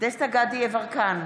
דסטה גדי יברקן,